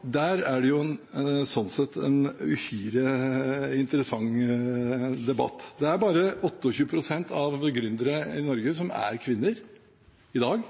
Der er det sånn sett en uhyre interessant debatt. Det er bare 28 pst. av gründerne i Norge i dag som er